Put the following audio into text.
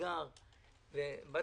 זה נכון,